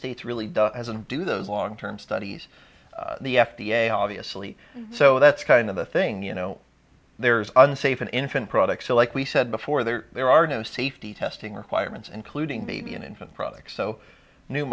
states really doesn't do those long term studies the f d a obviously so that's kind of thing you know there's unsafe in infant products like we said before there there are no safety testing requirements including b b and infant products so new